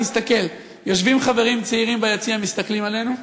יושבים חברים צעירים ביציע ומסתכלים עלינו,